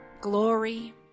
glory